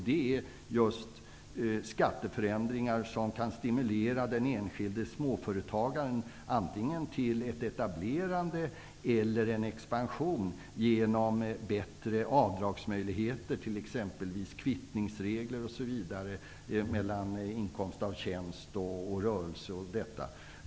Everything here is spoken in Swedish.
Det är just skatteförändringar som kan stimulera den enskilde småföretagaren, antingen till ett etablerande eller till en expansion. Det kan vara bättre avdragsmöjligheter, t.ex. kvittningsregler för inkomst av tjänst och rörelse.